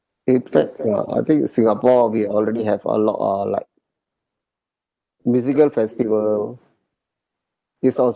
in fact uh I think in singapore we already have a lot of like musical festival this